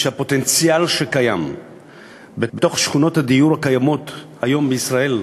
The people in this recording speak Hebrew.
שהפוטנציאל שקיים בתוך שכונות הדיור הקיימות היום בישראל,